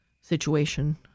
situation